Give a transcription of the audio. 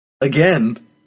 Again